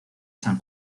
san